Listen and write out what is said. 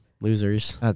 Losers